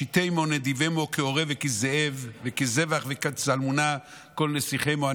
שיתמו נדיבמו כערב וכזאב וכזבח וכצלמנע כל נסיכמו".